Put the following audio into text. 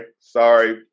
sorry